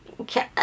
Okay